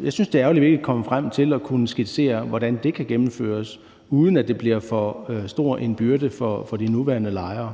synes jeg det er ærgerligt, at vi ikke er kommet frem til at skitsere, hvordan det kan gennemføres, uden at det bliver for stor en byrde for de nuværende lejere.